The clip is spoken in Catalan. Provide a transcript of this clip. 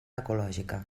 ecològica